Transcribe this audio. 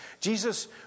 Jesus